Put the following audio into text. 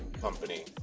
company